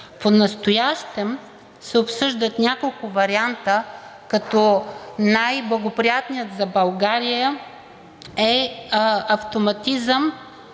Понастоящем се обсъждат няколко варианта, като най-благоприятният за България е автоматизъм,